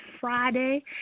Friday